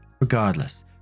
regardless